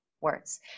words